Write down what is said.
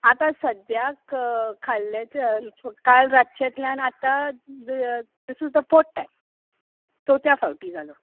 आतां सद्याक खाल्लें काल रातचेतल्यान आतां this is the fourth time चवत्या फावटी जालां